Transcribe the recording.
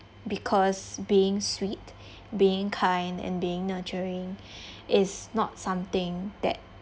because being sweet being kind and being nurturing is not something that